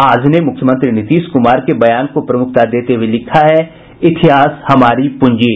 आज ने मुख्यमंत्री नीतीश कुमार के बयान को प्रमुखता देते हुये लिखा है इतिहास हमारी पूंजी